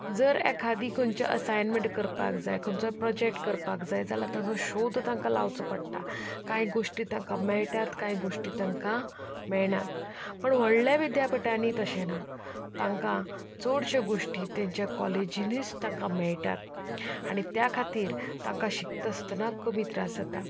जर एखादी खंयचो असायनमँट करपाक जाय खंयंचो प्रॉजॅक्ट करपाक जाय जाल्यार ताजो सोद तांकां लावचो पडटा कांय गोश्टी तांकां मेळटात कांय गोश्टी तांकां मेळनात पूण व्हडल्या विद्यापिठांनी तशें ना तांकां चडश्यो गोश्टी तांच्या कॉलेजीनीच तांकां मेळटात आनी त्या खातीर तांकां शिकता आसतना कमी त्रास जाता